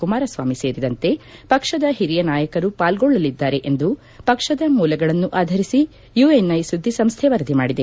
ಕುಮಾರಸ್ವಾಮಿ ಸೇರಿದಂತೆ ಪಕ್ಷದ ಹಿರಿಯ ನಾಯಕರು ಪಾಲ್ಗೊಳ್ಳಲಿದ್ದಾರೆ ಎಂದು ಪಕ್ಷದ ಮೂಲಗಳನ್ನು ಆಧರಿಸಿ ಯುಎನ್ಐ ಸುದ್ದಿ ಸಂಸ್ಥೆ ವರದಿ ಮಾಡಿದೆ